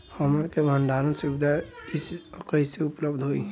हमन के भंडारण सुविधा कइसे उपलब्ध होई?